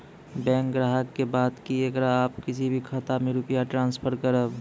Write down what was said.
Bank ग्राहक के बात की येकरा आप किसी भी खाता मे रुपिया ट्रांसफर करबऽ?